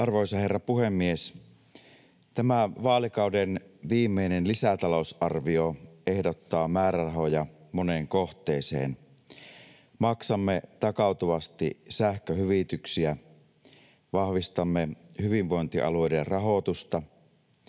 Arvoisa herra puhemies! Tämä vaalikauden viimeinen lisätalousarvio ehdottaa määrärahoja moneen kohteeseen. Maksamme takautuvasti sähköhyvityksiä, vahvistamme hyvinvointialueiden rahoitusta